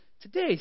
today